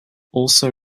also